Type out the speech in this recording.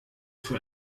für